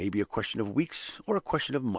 it may be a question of weeks or a question of months,